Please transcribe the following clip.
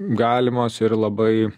galimos ir labai